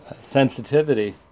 sensitivity